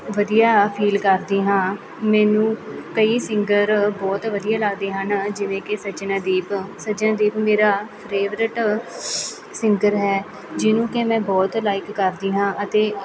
ਵਧੀਆ ਫੀਲ ਕਰਦੀ ਹਾਂ ਮੈਨੂੰ ਕਈ ਸਿੰਗਰ ਬਹੁਤ ਵਧੀਆ ਲੱਗਦੇ ਹਨ ਜਿਵੇਂ ਕਿ ਸੱਜਣ ਦੀਪ ਸੱਜਣ ਦੀਪ ਮੇਰਾ ਫੇਰੇਵਰੇਟ ਸਿੰਗਰ ਹੈ ਜਿਹਨੂੰ ਕਿ ਮੈਂ ਬਹੁਤ ਲਾਈਕ ਕਰਦੀ ਹਾਂ ਅਤੇ